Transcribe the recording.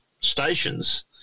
stations